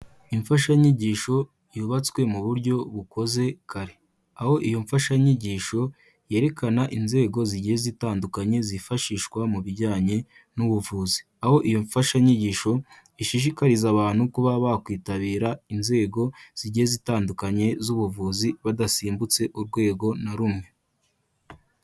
Imfashanyigisho yubatswe mu buryo bukoze kare, aho iyo mfashanyigisho yerekana inzego zigiye zitandukanye zifashishwa mu bijyanye n'ubuvuzi, aho iyo mfashanyigisho ishishikariza abantu kuba bakwitabira inzego zigiye zitandukanye z'ubuvuzi, badasimbutse urwego na rumwe.